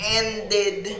ended